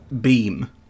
beam